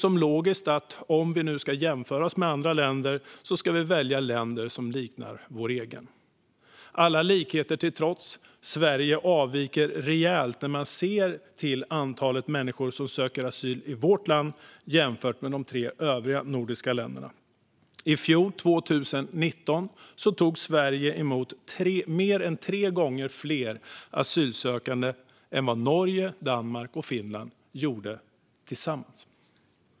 Om Sverige nu ska jämföra sig med andra länder ser vi det som logiskt att välja länder som liknar vårt eget, och alla likheter till trots avviker Sverige rejält när man ser till antalet människor som söker asyl i vårt land jämfört med de tre övriga nordiska länderna. I fjol, 2019, tog Sverige emot mer än tre gånger fler asylsökande än vad Norge, Danmark och Finland gjorde tillsammans.